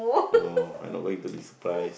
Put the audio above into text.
no I'm not going to be surprise